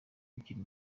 bikiri